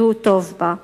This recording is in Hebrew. שהוא טוב בה.